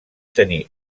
tenir